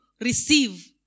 receive